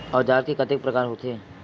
औजार के कतेक प्रकार होथे?